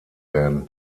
werden